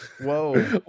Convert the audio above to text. Whoa